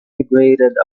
migrated